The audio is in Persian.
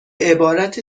عبارت